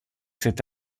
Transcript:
cette